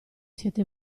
siete